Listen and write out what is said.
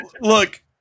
look